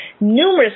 numerous